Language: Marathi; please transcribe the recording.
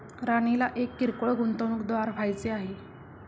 राणीला एक किरकोळ गुंतवणूकदार व्हायचे आहे